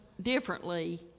differently